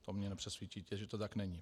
To mě nepřesvědčíte, že to tak není.